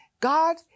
God